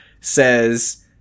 says